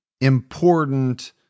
important